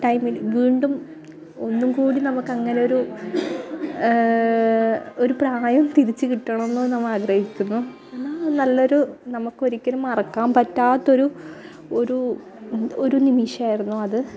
ടൈമില് വീണ്ടും ഒന്നും കൂടി നമുക്ക് അങ്ങനെ ഒരു ഒരു പ്രായം തിരിച്ച് കിട്ടണം എന്ന് നമ്മള് ആഗ്രഹിക്കുന്നു നല്ല ഒരു നമുക്ക് ഒരിക്കലും മറക്കാന് പറ്റാത്ത ഒരു ഒരു ഒരു നിമിഷമായിരുന്നു അത്